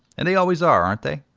and they always are, aren't they?